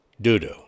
doo-doo